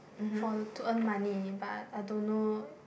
for the to earn money but I don't know